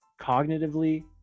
cognitively